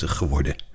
geworden